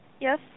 Yes